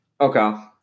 Okay